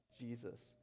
Jesus